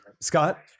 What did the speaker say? Scott